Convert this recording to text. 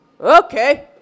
Okay